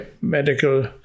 medical